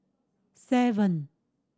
seven